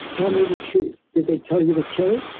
tell me the truth, did they tell you to kill it?